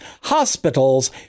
hospitals